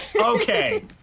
okay